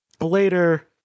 Later